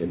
in